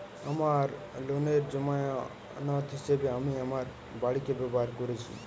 আমার লোনের জামানত হিসেবে আমি আমার বাড়িকে ব্যবহার করেছি